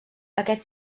aquest